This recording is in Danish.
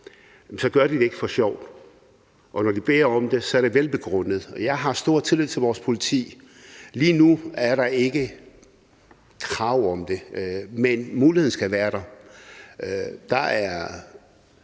gør de det ikke for sjov, og når de beder om det, er det velbegrundet. Jeg har stor tillid til vores politi, og lige nu er der ikke krav om det, men muligheden skal være der. Jeg